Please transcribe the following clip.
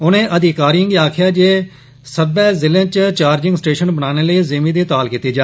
उने अधिकारियें गी आक्खेया ऐ जे सब्बै जिलें च चार्जिंग स्टेशन बनाने लेई जिमिं दी ताल कीती जा